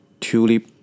tulip